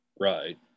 Right